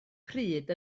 pryd